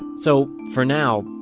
and so, for now,